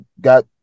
got